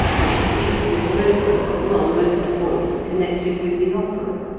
and agrees with most people on most points connected with the opera.